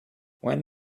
when